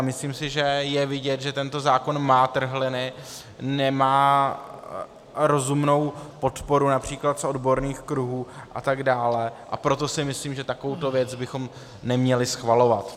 Myslím si, že je vidět, že tento zákon má trhliny, nemá rozumnou podporu například z odborných kruhů a tak dále, a proto si myslím, že takovouto věc bychom neměli schvalovat.